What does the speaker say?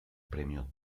premio